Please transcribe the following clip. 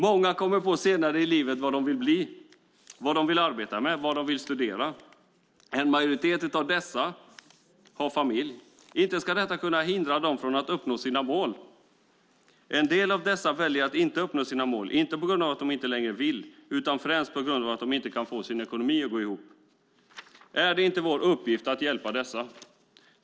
Många kommer senare i livet på vad de vill bli, vad de vill arbeta med och vad de vill studera. En majoritet av dem har familj. Inte ska det hindra dem från att uppnå sina mål. En del av dem väljer att inte uppnå sina mål, inte på grund av att de inte vill uppnå dem utan främst på grund av att de inte kan få ekonomin att gå ihop. Är det inte vår uppgift att hjälpa dem?